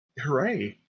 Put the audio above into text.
Hooray